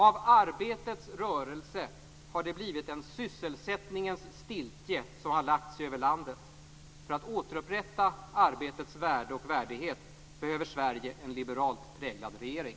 Av arbetets rörelse har det blivit en sysselsättningens stiltje som har lagt sig över landet. För att återupprätta arbetets värde och värdighet behöver Sverige en liberalt präglad regering.